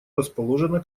расположена